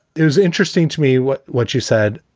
it was interesting to me what what you said,